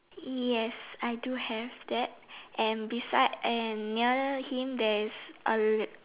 yes I do have that and beside and nearer him there's a